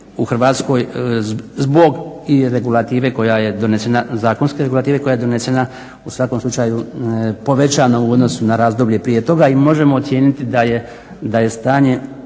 je donesena, zakonske regulative koja je donesena u svakom slučaju povećano u odnosu na razdoblje prije toga. I možemo ocijeniti da je stanje